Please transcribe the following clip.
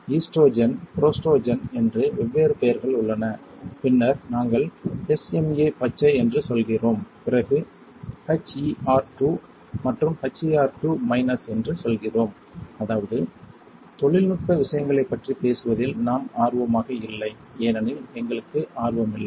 oestrogen புரோஸ்ட்ரோஜென் என்று வெவ்வேறு பெயர்கள் உள்ளன பின்னர் நாங்கள் SMA பச்சை என்று சொல்கிறோம் பிறகு HER2 மற்றும் HER2 மைனஸ் என்று சொல்கிறோம் அதாவது தொழில்நுட்ப விஷயங்களைப் பற்றி பேசுவதில் நாம் ஆர்வமாக இல்லை ஏனெனில் எங்களுக்கு ஆர்வமில்லை